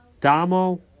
Damo